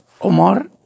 Omar